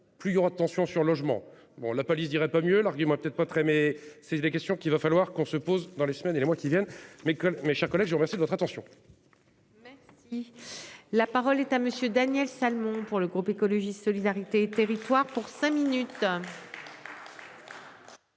plus il y aura de tension sur le logement. Bon la police dirait pas mieux l'argument peut être pas très mais c'est des question qu'il va falloir qu'on se pose dans les semaines et les mois qui viennent mais que mes chers collègues, je vous remercie de votre attention. La parole est à Monsieur Daniel Salmon pour le groupe écologiste solidarité et territoires pour cinq minutes.